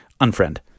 Unfriend